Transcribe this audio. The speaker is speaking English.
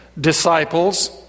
disciples